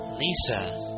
Lisa